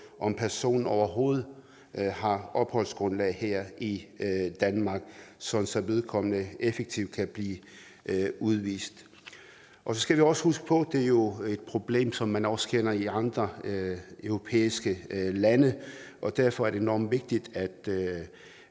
om personen overhovedet har opholdsgrundlag her i Danmark, sådan at vedkommende effektivt kan blive udvist. Så skal vi også huske på, at det jo er et problem, som man også kender i andre europæiske lande. Derfor er det enormt vigtigt, at